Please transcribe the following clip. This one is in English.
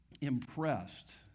impressed